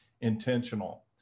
intentional